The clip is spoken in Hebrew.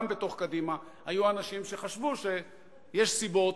גם בתוך קדימה היו אנשים שחשבו שיש סיבות